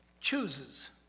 chooses